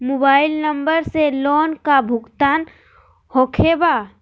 Mobile number से loan का भुगतान होखे बा?